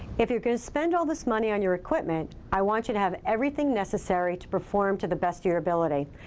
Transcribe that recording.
if you're going to spend all this money on your equipment, i want you to have everything necessary to perform to the best of your ability.